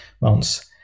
months